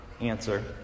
answer